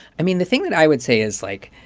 i mean, the thing that i would say is, like,